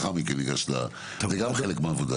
זה גם חלק מהעבודה.